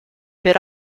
per